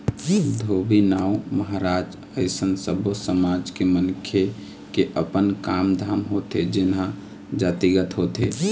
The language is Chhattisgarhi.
धोबी, नाउ, महराज अइसन सब्बो समाज के मनखे के अपन काम धाम होथे जेनहा जातिगत होथे